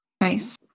Nice